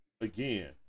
again